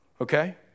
Okay